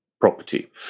property